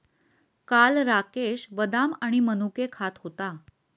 काल राकेश बदाम आणि मनुके खात होता